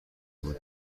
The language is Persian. بود